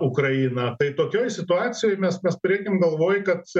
ukrainą tai tokioj situacijoj mes mes turėkim galvoj kad